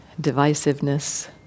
divisiveness